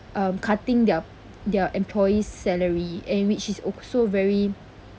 um cutting their their employees' salary and which is also very